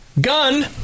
Gun